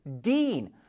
Dean